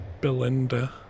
Belinda